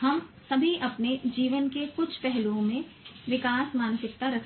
हम सभी अपने जीवन के कुछ पहलुओं में विकास मानसिकता रखते हैं